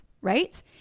right